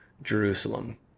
Jerusalem